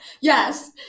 Yes